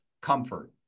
comfort